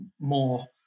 more